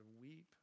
weep